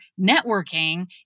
networking